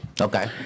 Okay